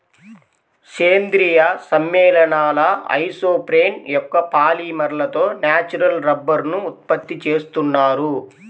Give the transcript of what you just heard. సేంద్రీయ సమ్మేళనాల ఐసోప్రేన్ యొక్క పాలిమర్లతో న్యాచురల్ రబ్బరుని ఉత్పత్తి చేస్తున్నారు